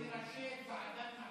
אחד מראשי ועדת,